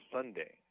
Sunday